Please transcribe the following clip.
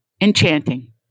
Enchanting